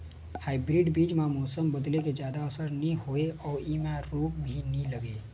hybrid बीज म मौसम बदले के जादा असर नई होवे अऊ ऐमें रोग भी नई लगे